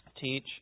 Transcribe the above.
teach